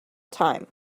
time